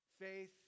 faith